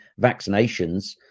vaccinations